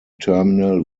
terminal